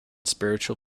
spiritual